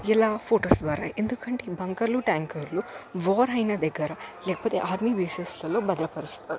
ఎలా ఫొటోస్ ద్వారా ఎందుకంటే బంకర్లు ట్యాంకర్లు వార్ అయిన దగ్గర లేకపోతే ఆర్మీ బేసెస్లలో భద్రపరుస్తారు